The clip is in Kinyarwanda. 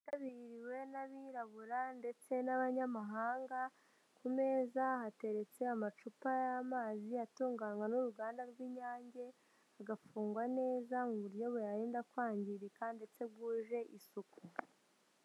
Yitabiriwe n'abirabura ndetse n'abanyamahanga, ku meza hateretse amacupa y'amazi atunganywa n' uruganda rw'Inyange, agafungwa neza mu buryo buyarinda kwangirika ndetse bwuje isuku.